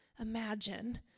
imagine